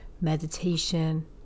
meditation